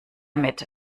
mit